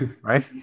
Right